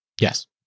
Yes